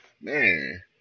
Man